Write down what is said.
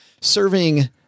serving